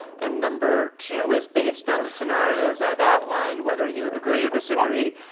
and number two is, based on the scenarios i've outlined, whether you agree or disagree,